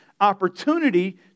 opportunity